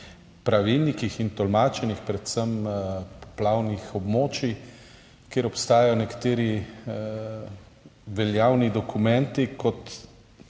pravilnikih in tolmačenjih predvsem poplavnih območij, kjer obstajajo nekateri veljavni dokumenti, kot